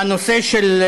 הנושא של